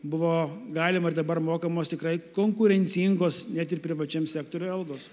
buvo galima ir dabar mokamos tikrai konkurencingos net ir privačiam sektoriuj algos